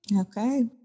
Okay